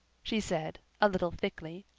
she said, a little thickly.